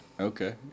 Okay